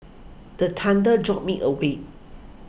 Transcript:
the thunder jolt me awake